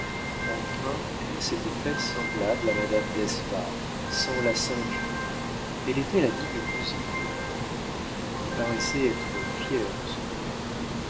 enfin elle s'était faite semblable à madame d'espard sans la singer elle était la digne cousine de la marquise qui paraissait être fière de son élève